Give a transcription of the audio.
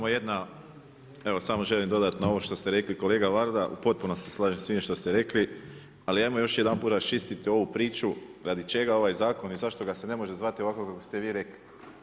Samo jedna, evo samo želim dodati na ovo što ste rekli, kolega Varada, potpuno se slažem svime što ste rekli, ali ajmo još jedanput raščistiti ovu priču, radi čega ovaj zakon i zašto ga se ne može zvati ovako kako ste vi rekli.